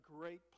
great